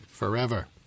Forever